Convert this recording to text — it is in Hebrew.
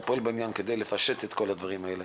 פועל בעניין כדי לפשט את כל הדברים האלה.